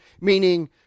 meaning